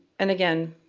and again,